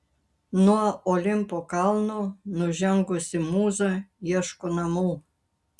nuo olimpo kalno nužengusi mūza ieško namų